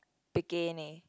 bikini